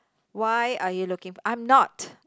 why are you looking I'm not